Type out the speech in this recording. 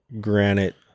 granite